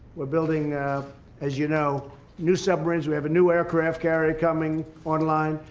we're building as you know new submarines we have a new aircraft carrier coming online.